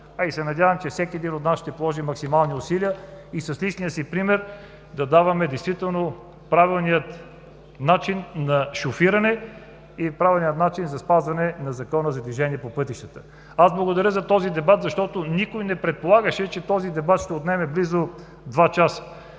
а и се надявам, че всеки един от нас ще вложи максимални усилия и с личния си пример да даваме правилния начин на шофиране и правилния начин за спазване на Закона за движението по пътищата. Аз благодаря за този дебат, защото никой не предполагаше, че той ще отнеме близо два часа.